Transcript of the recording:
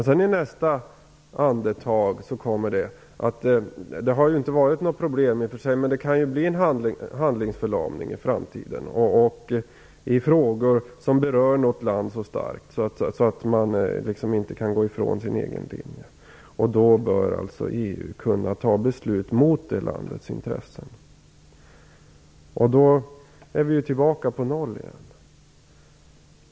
I nästa andetag säger utrikesministern att det i och för sig inte har varit några problem hittills, men att det kan bli en handlingsförlamning i framtiden i frågor som berör ett land så starkt att man inte kan gå ifrån sin egen linje. Då bör alltså EU kunna fatta beslut mot det landets intressen. Då är vi tillbaka på noll igen.